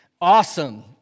awesome